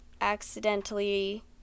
accidentally